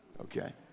okay